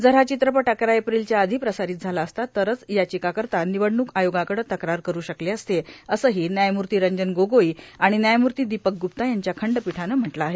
जर हा चित्रपट अकरा एप्रिलच्या आधी प्रसारित झाला असता तरच याचिकाकर्ता निवडणूक आयोगाकडं तक्रार करू शकले असते असंही व्यायमूर्ती रंजन गोगोई आणि न्यायमूर्ती दीपक ग्रप्ता यांच्या खंडपीठानं म्हटलं आहे